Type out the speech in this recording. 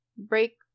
break